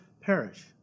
perish